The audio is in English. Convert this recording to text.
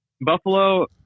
buffalo